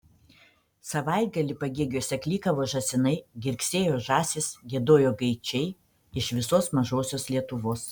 savaitgalį pagėgiuose klykavo žąsinai girgsėjo žąsys giedojo gaidžiai iš visos mažosios lietuvos